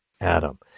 Adam